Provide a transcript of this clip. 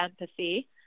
empathy